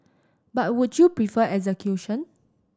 but would you prefer execution